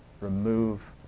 remove